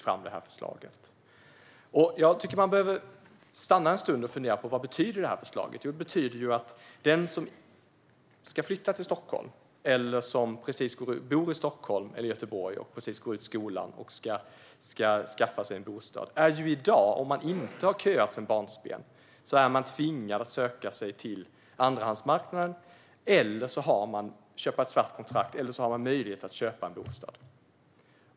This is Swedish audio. Jag tycker att man behöver stanna upp en stund och fundera på vad förslaget betyder. Det betyder ju att den som ska flytta till Stockholm eller som bor i Stockholm eller Göteborg och precis går ut skolan och ska skaffa sig en bostad i dag - om man inte har köat sedan barnsben - är tvingad att söka sig till andrahandsmarknaden, köpa ett svart kontrakt eller ändå har en möjlighet att köpa sig en bostad.